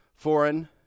foreign